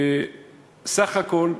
סך הכול,